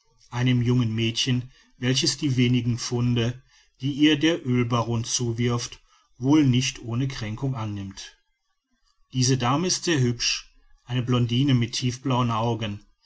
einem jungen mädchen welches die wenigen pfunde die ihr der oelbaron zuwirft wohl nicht ohne kränkung annimmt diese dame ist sehr hübsch eine blondine mit tiefblauen augen